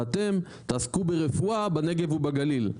ואתם תעסקו ברפואה בנגב ובגליל,